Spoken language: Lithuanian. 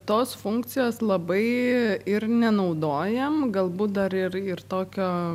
tos funkcijos labai ir nenaudojam galbūt dar ir ir tokio